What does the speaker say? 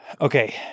Okay